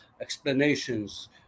explanations